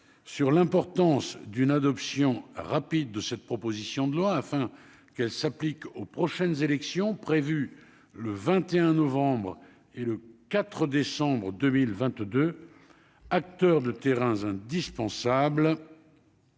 sur l'importance d'une adoption rapide de cette proposition de loi afin qu'elle s'applique aux prochaines élections prévues le 21 novembre et le 4 décembre 2022 acteurs de terrains indispensable.